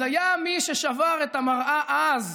אז היה מי ששבר את המראה אז,